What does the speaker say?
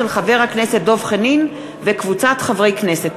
של חבר הכנסת דב חנין וקבוצת חברי הכנסת.